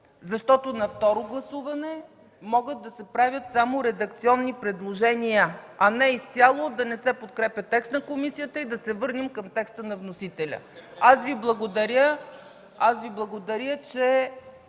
Защото на второ гласуване могат да се правят само редакционни предложения, а не изцяло да не се подкрепя текст на комисията и да се върнем към текста на вносителя. Аз Ви благодаря, че...